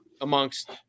amongst